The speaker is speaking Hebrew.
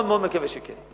מאוד מאוד מקווה שכן.